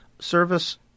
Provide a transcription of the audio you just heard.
service